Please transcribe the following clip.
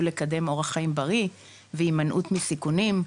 לקדם אורח חיים בריא והימנעות מסיכונים,